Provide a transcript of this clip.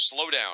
slowdown